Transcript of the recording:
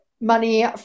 money